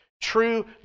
true